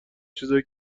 چیزای